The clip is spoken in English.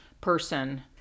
person